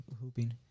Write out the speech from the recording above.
hooping